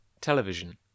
television